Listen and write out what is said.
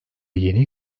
yeni